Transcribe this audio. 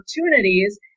opportunities